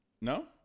No